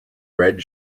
red